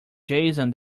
jason